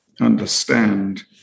understand